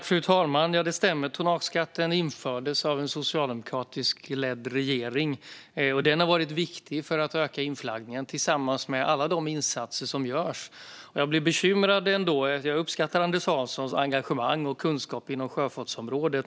Fru talman! Det stämmer att tonnageskatten infördes av en socialdemokratiskt ledd regering. Den skatten har varit viktig för att öka inflaggningen, tillsammans med alla de andra insatser som görs. Jag uppskattar Anders Hanssons engagemang och kunskap inom sjöfartsområdet.